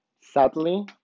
Sadly